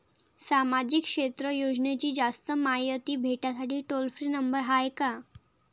सामाजिक क्षेत्र योजनेची जास्त मायती भेटासाठी टोल फ्री नंबर हाय का?